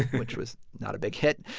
which was not a big hit.